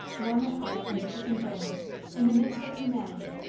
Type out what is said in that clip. warm at heart and quick in brain in the midst of humanity,